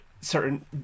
certain